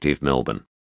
Melbourne